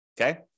Okay